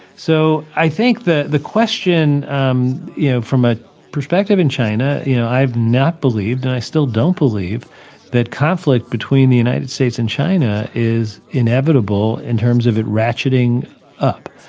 so i think that the question um you know, from a perspective in china, you know i've not believed and i still don't believe that conflict between the united states and china is inevitable in terms of it ratcheting up.